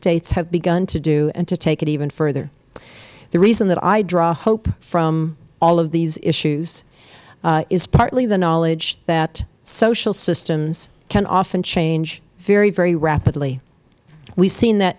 states have begun to do and to take it even further the reason that i draw hope from all of these issues is partly the knowledge that social systems can often change very very rapidly we have seen that